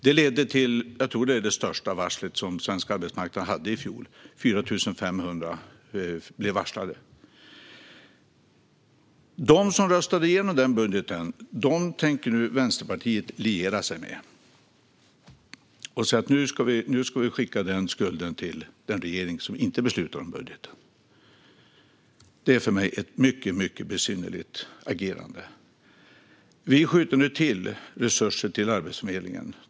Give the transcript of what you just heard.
Detta ledde till, tror jag, det största varsel som svensk arbetsmarknad hade i fjol: 4 500 varslades. Nu tänker Vänsterpartiet liera sig med dem som röstade igenom denna budget och skicka skulden till regeringen, som inte beslutade om budgeten. Detta är för mig ett mycket besynnerligt agerande. Vi skjuter nu till resurser till Arbetsförmedlingen.